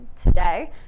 today